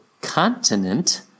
continent